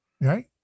right